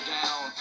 down